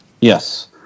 Yes